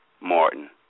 Martin